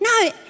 No